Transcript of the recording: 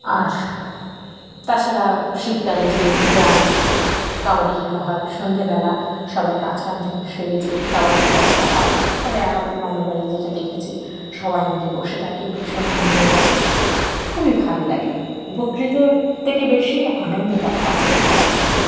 আর তাছাড়া শীতকালে যে গ্রামে কাবাডি খেলা হয় সন্ধ্যেবেলা সবাই কাজ কাম থেকে সেরে যেয়ে কাবাডি খেলা টেলা হয় মানে আমার মামার বাড়ি যেটা দেখেছি সবাই মিলে বসে থাকে ভীষণ আনন্দ করে খুবই ভালো লাগে উপকৃত থেকে বেশি আনন্দটা পাওয়া যায় খেলাধুলোর